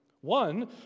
One